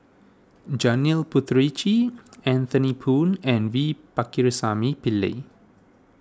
Janil Puthucheary Anthony Poon and V Pakirisamy Pillai